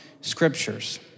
scriptures